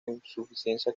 insuficiencia